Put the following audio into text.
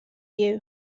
you